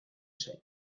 zait